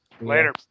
later